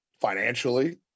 financially